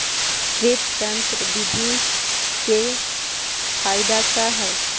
Drip तन्त्र बिधि के फायदा का है?